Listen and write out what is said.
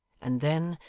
and then,